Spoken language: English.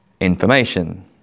information